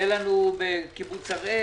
היה לנו בקיבוץ הראל